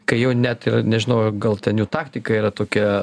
kai jau net ir nežinau gal ten jų taktika yra tokia